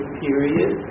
period